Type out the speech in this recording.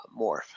morph